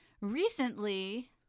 Recently